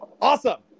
Awesome